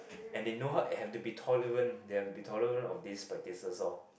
and they know have to be tolerant they have to be tolerant of this practices oh